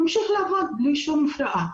ממשיך לעבוד בלי שום הפרעה.